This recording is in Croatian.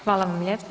Hvala vam lijepo.